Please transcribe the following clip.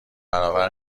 برابر